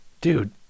Dude